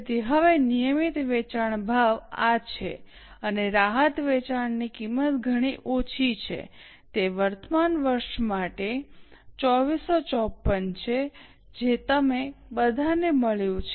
તેથી હવે નિયમિત વેચાણ ભાવ આ છે અને રાહત વેચવાની કિંમત ઘણી ઓછી છે તે વર્તમાન વર્ષ માટે 2454 છે જે તમે બધાને મળ્યું છે